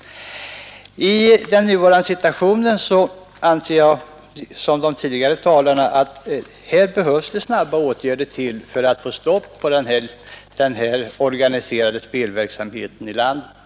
I den nuvarande situationen anser jag i likhet med de tidigare talarna att här behövs det snabba åtgärder för att få ett slut på den organiserade spelverksamheten i landet.